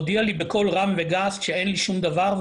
יש לשב"ס מין שיטה כזאת מורכבת ומתוחכמת של העברת אסירים.